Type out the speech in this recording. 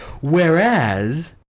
Whereas